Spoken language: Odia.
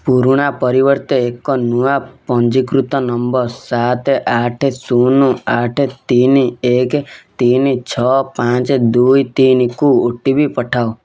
ପୁରୁଣା ପରିବର୍ତ୍ତେ ଏକ ନୂଆ ପଞ୍ଜୀକୃତ ନମ୍ବର ସାତ ଆଠ ଶୂନ ଆଠ ତିନି ଏକ ତିନି ଛଅ ପାଞ୍ଚ ଦୁଇ ତିନିକୁ ଓ ଟି ପି ପଠାଅ